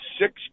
six